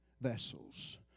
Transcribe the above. vessels